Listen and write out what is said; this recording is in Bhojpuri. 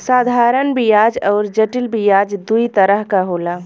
साधारन बियाज अउर जटिल बियाज दूई तरह क होला